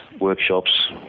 workshops